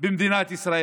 במדינת ישראל?